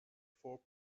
four